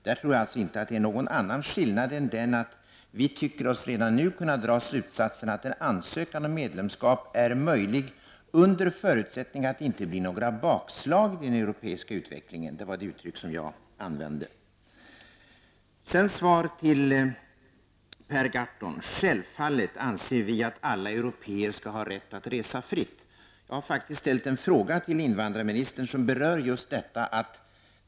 Där tror jag alltså att det inte finns någon annan skillnad än den, att vi redan nu tycker oss kunna dra slutsatsen att en ansökan om medlemskap är möjlig under förutsättning att det inte blir några bakslag i den europeiska utvecklingen -- det var ett uttryck som jag använde. Till Per Gahrton: Självfallet anser vi att alla européer skall ha rätt att resa fritt. Jag har faktiskt till invandrarministern ställt en fråga som berör just detta.